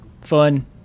fun